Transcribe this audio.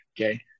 okay